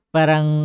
Parang